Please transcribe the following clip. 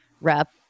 rep